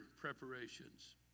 preparations